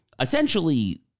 essentially